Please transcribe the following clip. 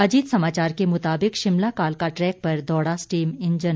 अजीत समाचार के मुताबिक शिमला कालका ट्रैक पर दौड़ा स्टीम इंजन